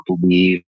believe